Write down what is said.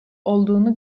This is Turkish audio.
olduğunu